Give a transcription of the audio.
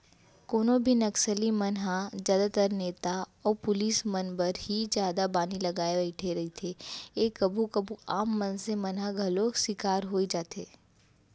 कोनो भी नक्सली मन ह जादातर नेता अउ पुलिस मन बर ही जादा बानी लगाय बइठे रहिथे ए कभू कभू आम मनसे मन ह घलौ सिकार होई जाथे